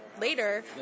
later